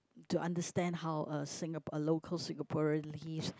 to understand how uh Singapore a local Singaporean lives